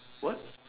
what